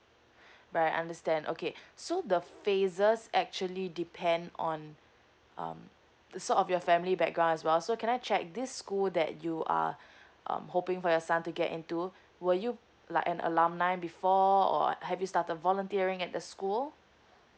right I understand okay so the phases actually depend on um the sort of your family background as well so can I check this school that you are um hoping for your son to get into were you like an alumni before or have you started volunteering at the school